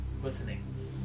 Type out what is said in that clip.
listening